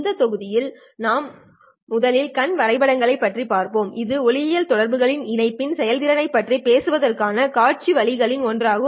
இந்த தொகுதியில் நாம் முதலில் கண் வரைபடங்களைப் பார்ப்போம் இது ஒளியியல் தொடர்புகளின் இணைப்பின் செயல்திறனைப் பற்றி பேசுவதற்கான காட்சி வழிகளில் ஒன்றாகும்